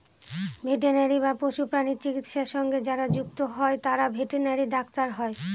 veterinary বা পশুপ্রাণী চিকিৎসা সঙ্গে যারা যুক্ত হয় তারা ভেটেনারি ডাক্তার হয়